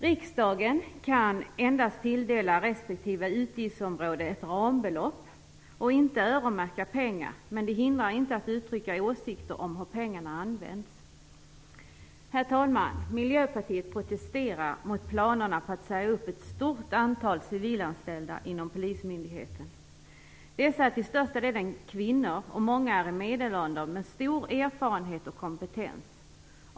Riksdagen kan endast tilldela respektive utgiftsområde ett rambelopp och kan inte öronmärka pengar, men det hindrar inte att uttrycka åsikter om hur pengarna används. Herr talman! Miljöpartiet protesterar mot planerna på att säga upp ett stort antal civilanställda inom Polismyndigheten. Dessa är till största delen kvinnor. Många är i medelåldern, med stor erfarenhet och kompetens.